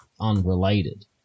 unrelated